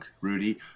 Rudy